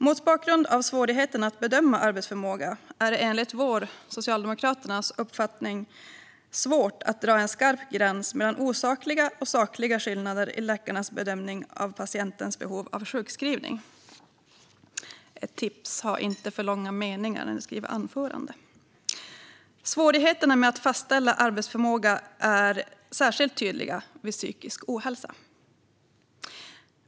Mot bakgrund av svårigheterna att bedöma arbetsförmåga är det enligt Socialdemokraternas uppfattning svårt att dra en skarp gräns mellan osakliga och sakliga skillnader i läkarnas bedömning av patientens behov av sjukskrivning. Svårigheterna att fastställa arbetsförmåga är särskilt tydliga vid psykisk ohälsa.